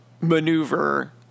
maneuver